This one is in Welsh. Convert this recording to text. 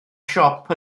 siop